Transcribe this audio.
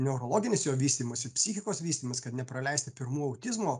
neurologinis jo vystymosi psichikos vystymas kad nepraleisti pirmų autizmo